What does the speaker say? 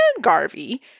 Garvey